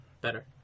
Better